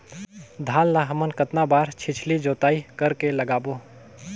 धान ला हमन कतना बार छिछली जोताई कर के लगाबो?